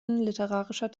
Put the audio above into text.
literarischer